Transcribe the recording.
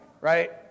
right